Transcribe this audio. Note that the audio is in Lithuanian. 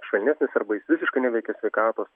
švelnesnis arba jis visiškai neveikia sveikatos